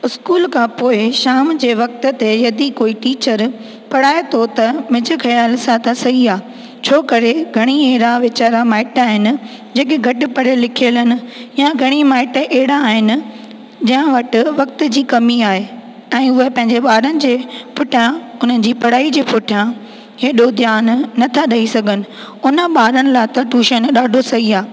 school खां पोइ शाम जे वक़्त ते यदि कोई टीचर पढ़ाए थो त मुंहिंजे ख़्यालु सां त सही आहे छो करे घणेई अहिड़ा वीचारा माइट आहिनि जेके घटि पढ़ियल लिखियल आहिनि या घणेई माइट अहिड़ा आहिनि जंहिं वटि वक़्त जी कमी आहे ऐं उहा पंहिंजे ॿारनि जे पुठियां हुनजी पढ़ाईअ जे पुठियां हेॾो ध्यानु नथा ॾेई सघनि हुन ॿारनि लाइ त टूशन ॾाढो सही आहे